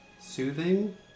soothing